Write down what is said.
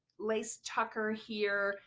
lace tucker here.